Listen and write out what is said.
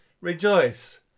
Rejoice